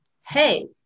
hey